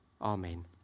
Amen